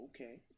okay